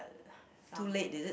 uh some